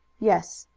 yes.